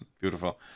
Beautiful